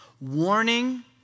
warning